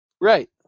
Right